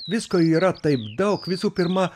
visko yra taip daug visų pirma